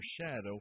shadow